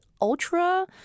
Ultra